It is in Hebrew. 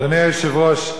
אדוני היושב-ראש.